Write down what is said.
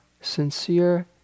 sincere